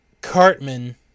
Cartman